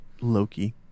Loki